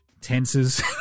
tenses